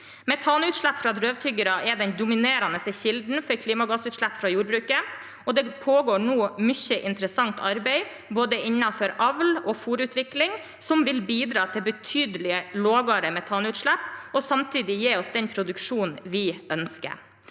Metanutslipp fra drøvtyggere er den dominerende kilden for klimagassutslipp fra jordbruket, og det pågår nå mye interessant arbeid både innenfor avl og fôrutvikling som vil bidra til betydelig lavere metanutslipp og samtidig gi oss den produksjonen vi ønsker.